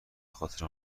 بخاطر